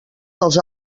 dels